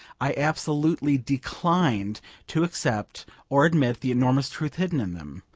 i absolutely declined to accept or admit the enormous truth hidden in them.